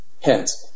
Hence